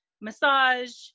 massage